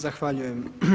Zahvaljujem.